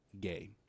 Gay